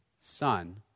son